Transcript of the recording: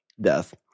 death